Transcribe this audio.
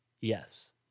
yes